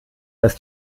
das